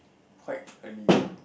quite early